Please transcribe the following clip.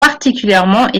particulièrement